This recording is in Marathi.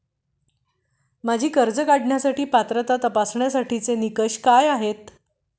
माझी कर्ज काढण्यासाठी पात्रता तपासण्यासाठीचे निकष काय आहेत?